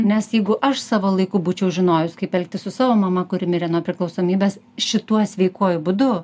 nes jeigu aš savo laiku būčiau žinojus kaip elgtis su savo mama kuri mirė nuo priklausomybės šituo sveikuoju būdu